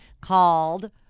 called